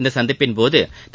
இந்த சந்திப்பின் போது திரு